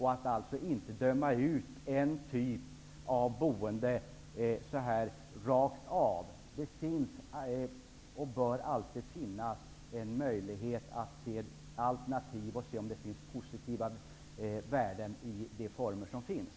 Man skall inte döma ut en typ av boende rakt av. Det bör alltid finnas en möjlighet att välja alternativ och se om det finns positiva värden i de former som finns.